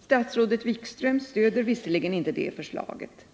Statsrådet Wikström stöder visserligen inte det förslaget,